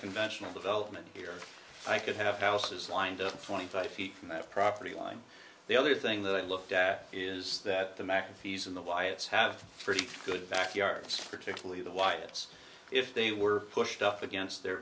conventional development here i could have houses lined up twenty five feet from the property line the other thing that i looked at is that the mcafee's in the wyatts have pretty good backyards particularly the wyatts if they were pushed up against their